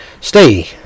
stay